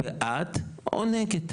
בעד או נגד,